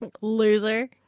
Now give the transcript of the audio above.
Loser